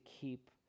keep